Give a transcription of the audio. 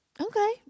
Okay